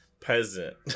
Peasant